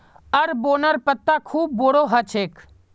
अरबोंर पत्ता खूब बोरो ह छेक